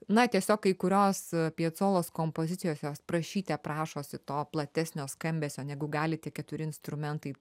na tiesiog kai kurios piacolos kompozicijos jos prašyte prašosi to platesnio skambesio negu gali tik keturi instrumentai